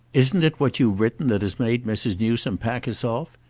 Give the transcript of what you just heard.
isn't it what you've written that has made mrs. newsome pack us off?